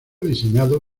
diseñado